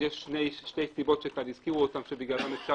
יש שתי סיבות שהזכירו אותן שבגלל אפשר